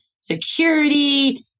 security